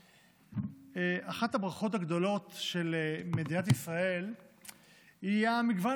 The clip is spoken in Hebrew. אחת הברכות הגדולות של מדינת ישראל היא המגוון